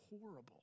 horrible